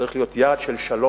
צריך להיות יעד של שלום-אמת,